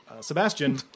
Sebastian